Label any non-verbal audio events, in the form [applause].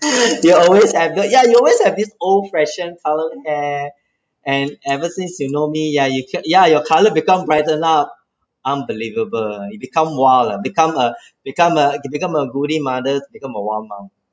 [breath] you always have the ya you always have this old fashion colour hair and ever since you know me ya you k~ ya your colour become brighten up unbelievable you become wild lah become a [breath] become a goody mother become a wild mom